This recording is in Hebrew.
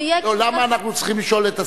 למה אנחנו צריכים לשאול את השר?